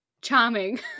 Charming